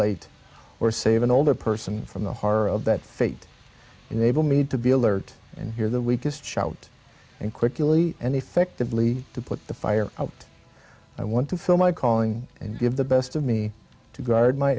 late or save an older person from the horror of that fate enable me to be alert and hear the weakest shout and quickly and effectively to put the fire out i want to feel my calling and give the best of me to guard my